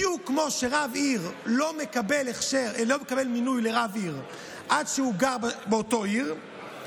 בדיוק כמו שרב עיר לא מקבל מינוי לרב עיר עד שהוא גר באותה עיר,